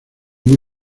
muy